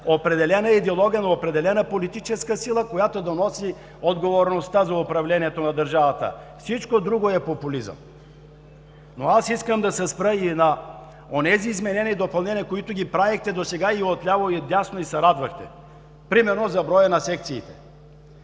определена идеология, на определена политическа сила, която да носи отговорността за управлението на държавата. Всичко друго е популизъм. Но аз искам да се спра и на онези изменения и допълнения, които ги правихте досега и отляво, и отдясно и се радвахте, примерно за броя на секциите.